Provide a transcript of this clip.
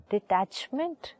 Detachment